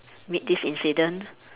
meet this incident